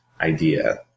idea